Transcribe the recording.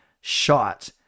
shot